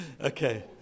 Okay